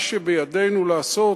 מה שבידנו לעשות,